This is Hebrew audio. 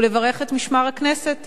ולברך את משמר הכנסת